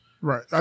Right